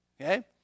okay